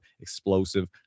Explosive